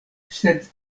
sed